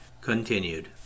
Continued